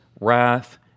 wrath